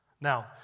Now